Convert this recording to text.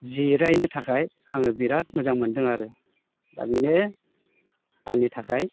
जिरायनो थाखाय आङो बिराद मोजां मोनदों आरो आंनि थाखाय